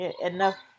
enough